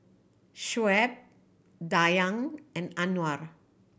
Shoaib Dayang and Anuar